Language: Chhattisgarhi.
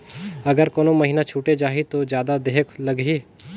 अगर कोनो महीना छुटे जाही तो जादा देहेक लगही?